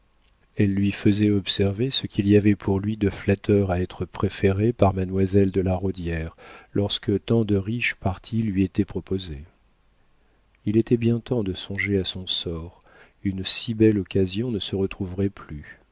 elle lui faisait observer ce qu'il y avait pour lui de flatteur à être préféré par mademoiselle de la rodière lorsque tant de riches partis lui étaient proposés il était bien temps de songer à son sort une si belle occasion ne se retrouverait plus